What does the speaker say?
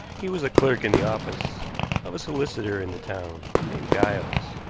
he was a clerk in the office of a solicitor in the town, named giles,